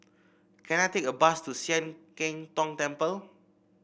can I take a bus to Sian Keng Tong Temple